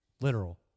Literal